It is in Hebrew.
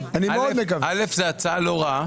ראשית, זאת הצעה לא רעה.